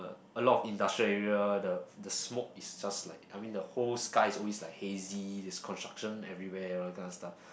a lot of industrial area the the smoke is just like I mean the whole sky always like hazy there's construction everywhere around this kind of stuff